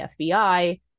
FBI